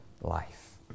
life